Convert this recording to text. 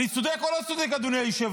אני צודק או לא צודק, אדוני היושב-ראש?